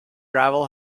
gravel